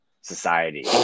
society